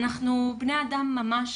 אנחנו בני-אדם ממש,